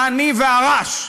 העני והרש,